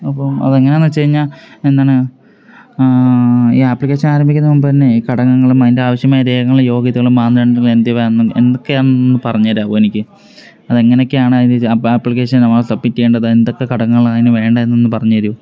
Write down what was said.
അപ്പം അതെങ്ങനെയാണെന്ന് വെച്ചുകഴിഞ്ഞാൽ എന്താണ് ഈ ആപ്ലിക്കേഷന് ആരംഭിക്കുന്നതിന് മുമ്പ് തന്നെ ഘടകങ്ങളും അതിന്റെ ആവശ്യമായ രേഖകളും യോഗ്യതകളും മാനദണ്ടങ്ങളും എന്തുവാണെന്നും എന്തൊക്കെയാണെന്ന് ഒന്ന് പറഞ്ഞുതരാമോ എനിക്ക് അത് എങ്ങനെ ഒക്കെയാണ് ആപ്ലിക്കേഷന് നമ്മൾ സബ്മിറ്റ് ചെയ്യേണ്ടത് എന്തൊക്കെ ഘടകങ്ങളാണ് അതിന് വേണ്ടതെന്നൊന്ന് പറഞ്ഞുതരുമോ